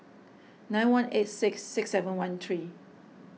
nine one eight six six seven one three